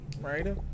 right